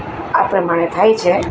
આ પ્રમાણે થાય છે